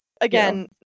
again